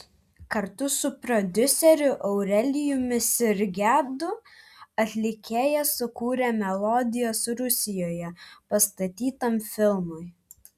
kartu su prodiuseriu aurelijumi sirgedu atlikėja sukūrė melodijas rusijoje pastatytam filmui